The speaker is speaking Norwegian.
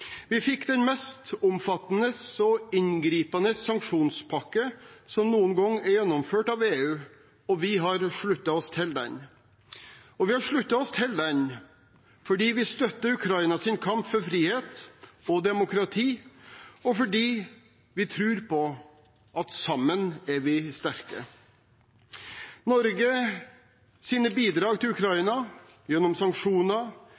Vi fikk den mest omfattende og inngripende sanksjonspakke som noen gang er gjennomført av EU, og vi har sluttet oss til den. Vi har sluttet oss til den fordi vi støtter Ukrainas kamp for frihet og demokrati, og fordi vi tror at sammen er vi sterke. Norges bidrag til Ukraina gjennom sanksjoner,